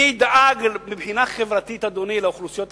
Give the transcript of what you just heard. מי ידאג מבחינה חברתית, אדוני, לאוכלוסיות החלשות?